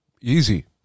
easy